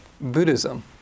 Buddhism